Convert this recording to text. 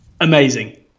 amazing